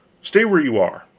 stay where you are.